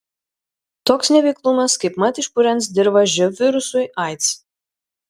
toks neveiklumas kaipmat išpurens dirvą živ virusui aids